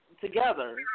together